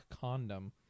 condom